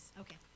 okay